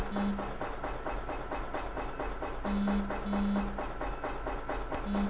कम MIRR के कारण निवेशकर्ता इक्विटी में निवेश नहीं करना चाहते हैं